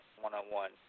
one-on-one